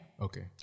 Okay